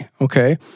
Okay